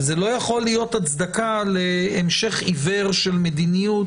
אבל זה לא יכול להיות הצדקה להמשך עיוור של מדיניות,